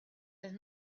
that